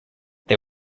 they